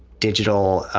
digital